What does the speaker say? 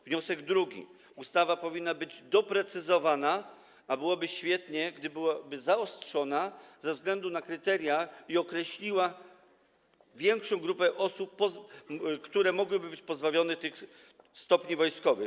Wniosek drugi: Ustawa powinna być doprecyzowana, a byłoby świetnie, gdyby była zaostrzona pod względem kryteriów i określiła większą grupę osób, które mogłyby być pozbawione tych stopni wojskowych.